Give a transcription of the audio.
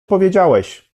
powiedziałeś